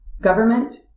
government